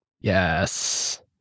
Yes